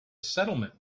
settlement